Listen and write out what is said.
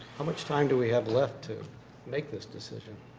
how much time do we have left to make this decision?